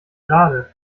gerade